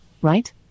right